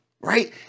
right